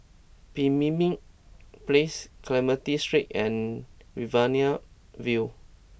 Pemimpin Place Clementi Street and Riverina View